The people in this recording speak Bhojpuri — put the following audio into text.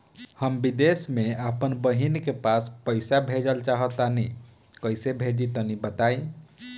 हम विदेस मे आपन बहिन के पास पईसा भेजल चाहऽ तनि कईसे भेजि तनि बताई?